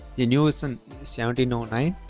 the nuisance seventeen ah nine